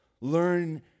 Learn